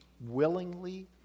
willingly